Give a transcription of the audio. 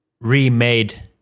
remade